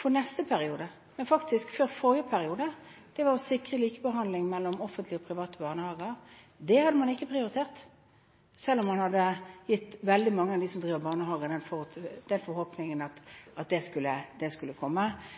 for neste periode, men faktisk før forrige periode – var å sikre likebehandling mellom offentlige og private barnehager. Det hadde man ikke prioritert, selv om man hadde gitt veldig mange av dem som driver barnehager, den forhåpningen at det skulle komme. Så å sortere i løftene på barnehagesektoren kan kanskje også Lysbakken begynne med. Det